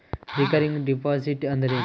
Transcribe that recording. Recurring deposit ಅಂದರೇನು?